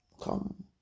Come